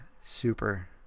super